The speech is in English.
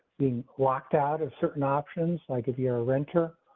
being locked out of certain options, like, if you're a renter,